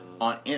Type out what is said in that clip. on